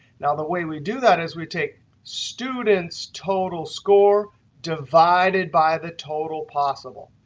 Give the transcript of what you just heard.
now, the way we do that is we take student's total score divided by the total possible.